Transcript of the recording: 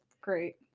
Great